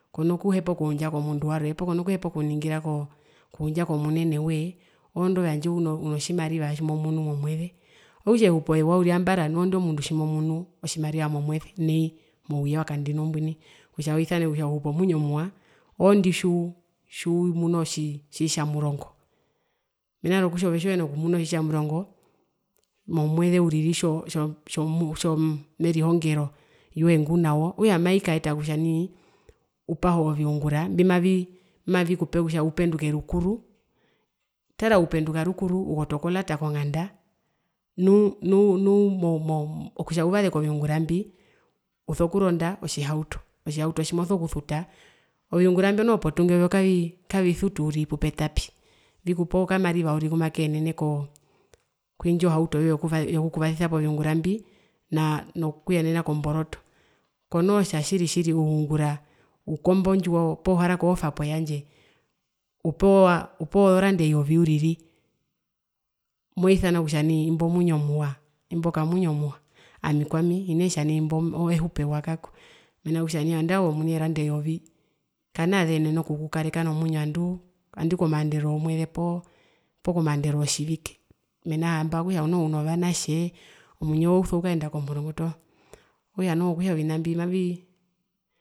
Konokuhepa okundja komundu warwe poo konokuhepa okuningira komunene woye oondu tjandje unotjimariva tjimomunu momweze okutja ehupo ewa uriri ambara ondu omundu tjimomunu otjimariva momweze nai mouye wakandino mbwi kutja uuisanewe kutja uno mwinyo muwa oondi tjiumuna otjitjamurongo mena rokutja ove tjiuhina kumuna otjitjamurongo momweze uriri tjo tjo tjomerihongero yoee ngunao okutja maekata kutja nai upahe oviungura mbimavii mbimavikupe kutja upenduke rukuru, tara upenduka rukuru ukotoka olata konganda nunu nu moo moo mo kutja uvase koviungura mbi uso kuronda otjitjauho otjihauto moso kusuta, oviungura mbi noho potungi kavii kavisutu potungi pupetapi vikupa okamariva uriri kumakeenene koo kuindjo hauto yoye yokukuvasisa koviungura mbi naa nokuyenena komboroto konootja tjiri tjiri uungura ukomba ondjiwo poo uharaka ohofa poyandje upewaa upewa ozoranda eyovi uriri moisana kutja imbo omwinyo muwa, imbo kamwinyo muwa ami kwami hinee tjanai inde hupo ewa kako mena kutja nandae ove omuni ozoranda eyovi kanaazenene okukukareka nomwinyo anduu nandu komaandero womweze poo komaandero wotjivike mena rokutja hamba noho uno vantje omwinyo uso kukaenda komurungu toho okutja noho ovina mbi mavii